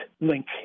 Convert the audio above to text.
link